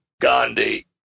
Gandhi